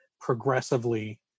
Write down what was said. progressively